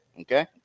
Okay